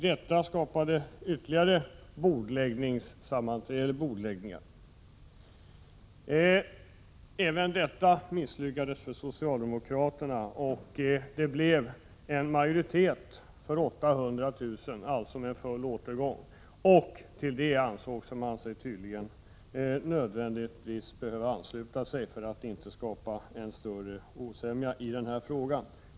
Detta gav upphov till ytterligare bordläggningar. Även detta misslyckades för socialdemokraterna, och det blev en majoritet för ett anslag på 800 000 kr., alltså en full återgång. Till detta förslag ansåg sig socialdemokraterna nödvändigtvis behöva ansluta sig för att inte skapa en större osämja i denna fråga.